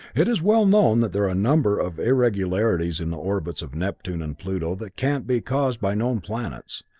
it is well known that there are a number of irregularities in the orbits of neptune and pluto that can't be caused by known planets,